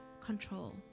control